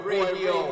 Radio